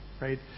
Right